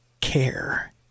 care